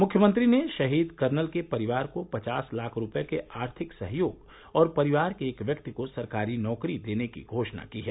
मुख्यमंत्री ने शहीद कर्नल के परिवार को पचास लाख रूपये के आर्थिक सहयोग और परिवार के एक व्यक्ति को सरकारी नौकरी देने की घोषणा की है